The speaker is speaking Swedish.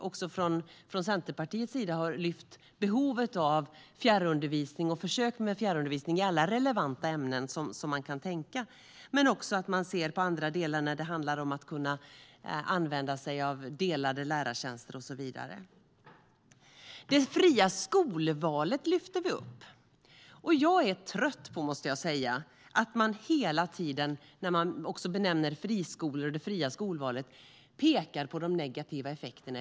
Också från Centerpartiets sida har vi lyft fram behovet av fjärrundervisning och försök med fjärrundervisning i alla relevanta ämnen men också att man ska se på andra delar när det handlar om att kunna använda sig av delade lärartjänster och så vidare. Det fria skolvalet lyfter vi upp, och jag måste säga att jag är trött på att man när man talar om friskolor och det fria skolvalet hela tiden pekar på de negativa effekterna.